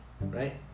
Right